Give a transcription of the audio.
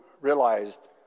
realized